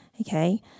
okay